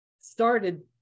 started